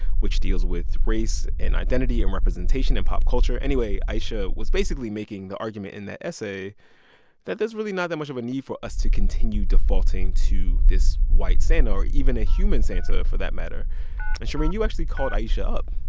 which deals with race and identity and representation in pop culture. anyway, aisha was basically making the argument in the essay that there's really not that much of a need for us to continue defaulting to this white santa or even a human santa for that matter and shereen, you actually called aisha up